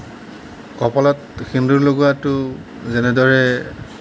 কপালত সেন্দুৰ লগোৱাটো যেনেদৰে